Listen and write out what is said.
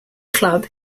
club